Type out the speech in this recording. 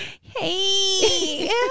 Hey